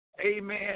amen